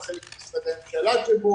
על חלק משרדי הממשלה שבו,